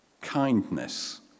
kindness